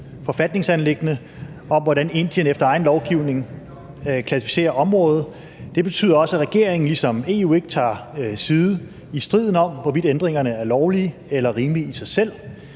forfatningsanliggende om, hvordan Indien efter egen lovgivning klassificerer området. Det betyder også, at regeringen ligesom EU ikke vælger side i striden om, hvorvidt ændringerne er lovlige eller rimelige i sig selv.